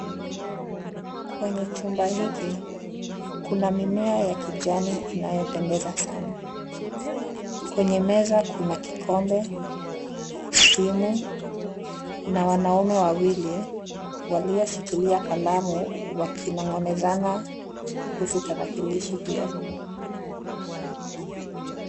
Kwenye chumba hiki, kuna mimea ya kijani inayopendeza sana. Kwenye meza kuna kikombe, simu na wanaume wawili walioshikilia kalamu wakinong'onezana kuhusu tarakilishi hiyo.